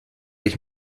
ich